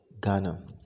Ghana